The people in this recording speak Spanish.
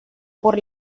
por